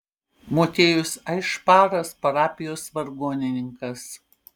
motiejus aišparas parapijos vargonininkas